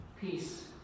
peace